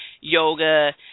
yoga